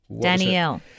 Danielle